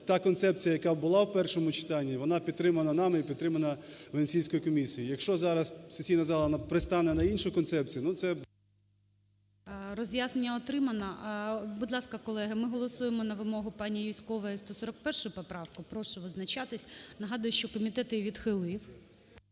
та концепція, яка була в першому читанні, вона підтримана нами і підтримана Венеційською комісією. Якщо зараз сесійна зала пристане на іншу концепцію, ну, це… ГОЛОВУЮЧИЙ. Роз'яснення отримано. Будь ласка, колеги, ми голосуємо на вимогу пані Юзькової 141 поправку. Прошу визначатись. Нагадую, що комітет її відхилив.